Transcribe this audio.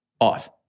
off